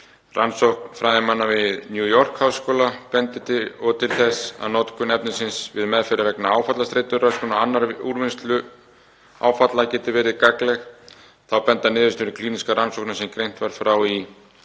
Rannsókn fræðimanna við New York-háskóla bendir og til þess að notkun efnisins við meðferð vegna áfallastreituröskunar og annarrar úrvinnslu áfalla geti verið gagnleg. Þá benda niðurstöður klínískrar rannsóknar, sem greint var frá í